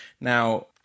Now